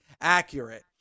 accurate